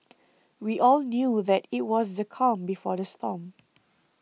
we all knew that it was the calm before the storm